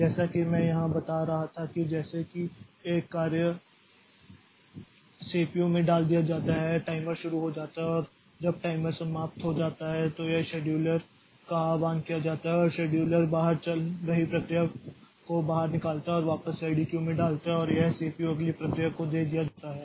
जैसा कि मैं यहां बता रहा था कि जैसे ही एक कार्य सीपीयू में डाल दिया जाता है टाइमर शुरू हो जाता है और जब टाइमर समाप्त हो जाता है तो यह शेड्यूलर का आह्वान किया जाता है और शेड्यूलर बाहर चल रही प्रक्रिया को बाहर निकालता है और वापस रेडी क्यू में डालता है और यह सीपीयू अगली प्रक्रिया को दे दिया जाता है